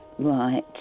Right